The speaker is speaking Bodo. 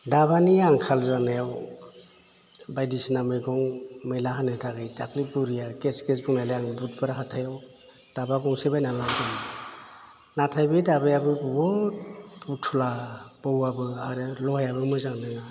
दाबानि आंखाल जानायाव बायदिसिना मैगं मैला होनो थाखाय दाख्लै बुरिया खेस खेस बुंनायलाय आं बुधबार हाथाइयाव दाबा गंसे बायना लाबोदोंमोन नाथाय बे दाबायाबो बुहुत बुथुला बौवाबो आरो लहायाबो मोजां नोङा